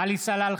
עלי סלאלחה,